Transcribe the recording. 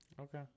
Okay